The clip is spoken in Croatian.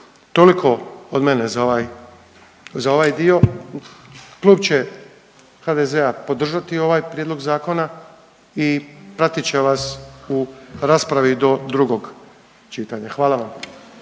Toliko od mene za ovaj dio, klub će HDZ-a podržati ovaj prijedlog zakona i pratit će vas u raspravi do drugog čitanja. Hvala vam.